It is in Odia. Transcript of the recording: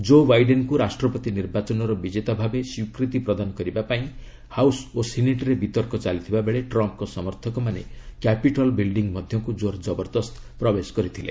ଜୋ ବାଇଡେନ୍ଙ୍କୁ ରାଷ୍ଟ୍ରପତି ନିର୍ବାଚନର ବିଜେତା ଭାବେ ସ୍ୱୀକୃତି ପ୍ରଦାନ କରିବାପାଇଁ ହାଉସ୍ ଓ ସିନେଟ୍ରେ ବିତର୍କ ଚାଲିଥିବାବେଳେ ଟ୍ରମ୍ଙ୍କ ସମର୍ଥକମାନେ କ୍ୟାପିଟ୍ଲ ବିଲ୍ଡିଙ୍ଗ୍ ମଧ୍ୟକୁ ଜୋର୍ ଜବରଦସ୍ତ ପ୍ରବେଶ କରିଥିଲେ